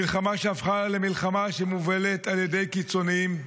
מלחמה שהפכה למלחמה שמובלת על ידי קיצוניים,